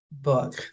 book